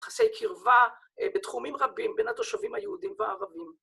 יחסי קרבה בתחומים רבים בין התושבים היהודים והערבים.